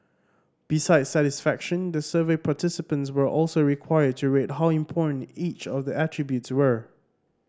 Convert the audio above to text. besides satisfaction the survey participants were also required to rate how important each of the attributes were